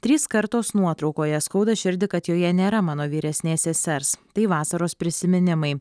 trys kartos nuotraukoje skauda širdį kad joje nėra mano vyresnės sesers tai vasaros prisiminimai